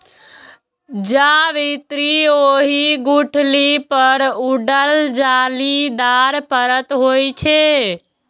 जावित्री ओहि गुठली पर पड़ल जालीदार परत होइ छै